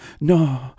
no